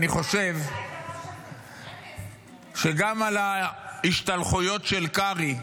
אני חושב שגם על ההשתלחויות של קרעי,